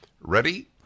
ready